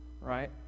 right